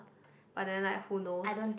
but then like who knows